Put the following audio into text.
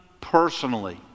personally